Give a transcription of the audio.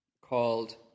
called